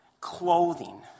clothing